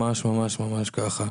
ממש ממש ממש ככה.